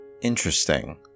Interesting